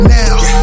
now